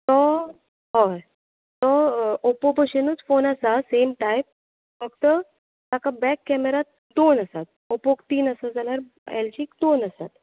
तो हय तो ओपो बशेनूच फोन आसा सेम टायप फक्त ताका बॅक कॅमेरा दोन आसात ओपोक तीन आसा जाल्यार एलजीक दोन आसात